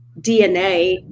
DNA